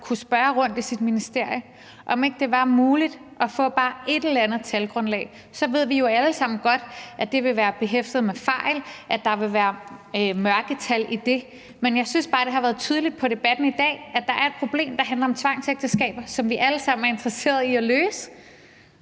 ministeren kunne spørge rundt i sit ministerium, om ikke det var muligt at få bare et eller andet talgrundlag. Så ved vi jo alle sammen godt, at det vil være behæftet med fejl, at der vil være mørketal i det, men jeg synes bare, at det har været tydeligt på debatten i dag, at der er et problem, der handler om tvangsægteskaber, som vi alle sammen er interesserede i at løse,